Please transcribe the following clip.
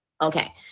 Okay